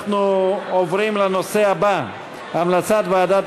אנחנו עוברים לנושא הבא: המלצת ועדת